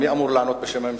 מי אמור לענות בשם הממשלה?